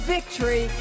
Victory